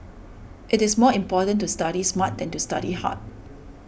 it is more important to study smart than to study hard